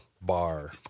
bar